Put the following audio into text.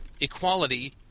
equality